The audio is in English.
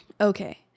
Okay